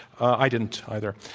i didn't, either,